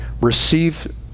receive